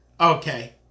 Okay